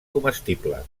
comestible